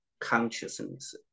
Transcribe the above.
consciousness